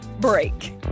break